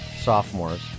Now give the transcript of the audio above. sophomores